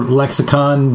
lexicon